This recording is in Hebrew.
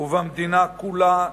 ובמדינה כולה,